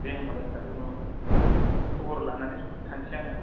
दे होमबालाय सार उनाव खबर लानानै थांसै आङो